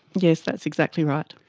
yes, that's exactly right.